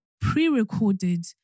pre-recorded